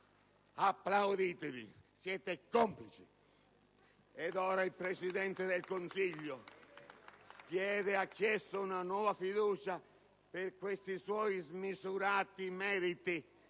Applauditevi, siete complici!